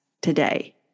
today